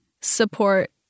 support